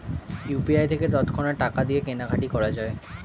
UPI থেকে তৎক্ষণাৎ টাকা দিয়ে কেনাকাটি করা যায়